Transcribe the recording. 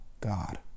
God